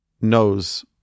knows